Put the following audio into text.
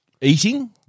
eating